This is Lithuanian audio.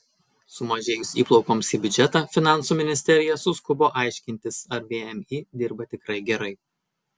sumažėjus įplaukoms į biudžetą finansų ministerija suskubo aiškintis ar vmi dirba tikrai gerai